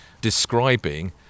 describing